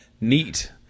neat